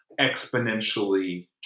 exponentially